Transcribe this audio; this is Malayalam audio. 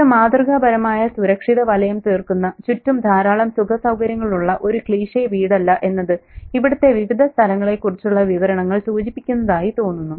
ഇത് മാതൃകാപരമായ സുരക്ഷിതവലയം തീർക്കുന്ന ചുറ്റും ധാരാളം സുഖസൌകര്യങ്ങൾ ഉള്ള ഒരു ക്ലീഷേ വീടല്ല എന്നത് ഇവിടത്തെ വിവിധ സ്ഥലങ്ങളെക്കുറിച്ചുള്ള വിവരണങ്ങൾ സൂചിപ്പിക്കുന്നതായി തോന്നുന്നു